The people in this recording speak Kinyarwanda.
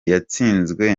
yatsinzwe